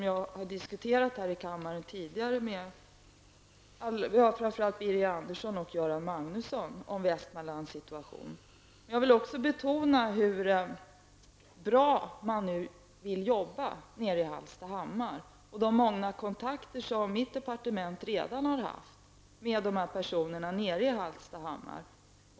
Jag har tidigare här i kammaren haft debatter framför allt med Birger Jag vill betona hur mycket man nu är villig att jobba i Hallstahammar. Vi har också från mitt departement redan haft många kontakter med personer i Hallstahammar.